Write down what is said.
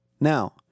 Now